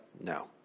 No